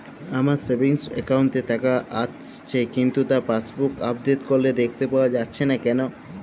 আমার savings account এ টাকা আসছে কিন্তু তা পাসবুক আপডেট করলে দেখতে পাওয়া যাচ্ছে না কেন?